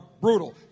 brutal